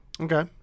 Okay